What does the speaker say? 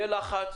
מתאימה.